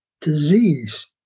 disease